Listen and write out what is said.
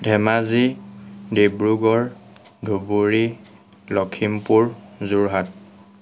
Dhemaji Dibrugarh Dhubri Lakhimpur Jorhat